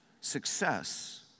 success